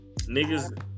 Niggas